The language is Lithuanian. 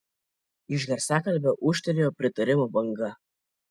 iš garsiakalbio ūžtelėjo pritarimo banga